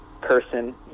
person